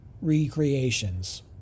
recreations